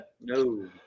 No